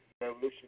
revolution